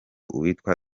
uwitwa